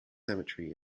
cemetery